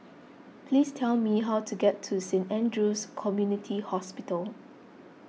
please tell me how to get to Saint andrew's Community Hospital